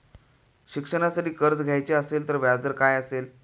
शिक्षणासाठी कर्ज घ्यायचे असेल तर व्याजदर काय असेल?